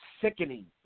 sickening